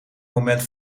moment